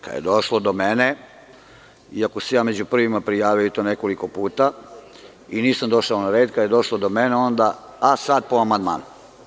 Kad je došlo do mene, iako sam se ja među prvima prijavio i to nekoliko puta i nisam došao na red, kada je došlo do mene onda – a sad, po amandmanu.